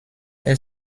est